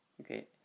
Okay